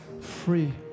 free